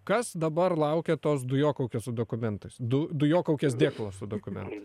kas dabar laukia tos dujokaukės su dokumentais du dujokaukės dėklo su dokumentais